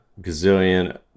gazillion